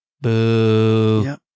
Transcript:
boo